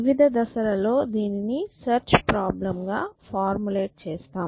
వివిధ దశలలో దీనిని సెర్చ్ ప్రాబ్లెమ్ గా ఫార్ములేట్ చేస్తాం